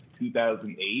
2008